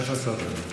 איפה הסדרנים?